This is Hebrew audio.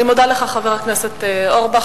אני מודה לך, חבר הכנסת אורבך.